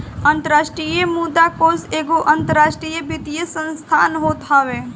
अंतरराष्ट्रीय मुद्रा कोष एगो अंतरराष्ट्रीय वित्तीय संस्थान होत हवे